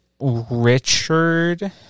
Richard